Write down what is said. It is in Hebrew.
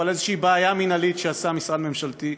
או על איזו בעיה מינהלית שעשה משרד ממשלתי.